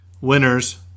winners